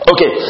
Okay